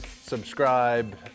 subscribe